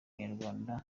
abanyarwanda